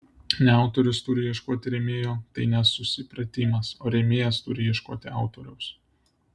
ne autorius turi ieškoti rėmėjo tai nesusipratimas o rėmėjas turi ieškoti autoriaus